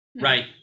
Right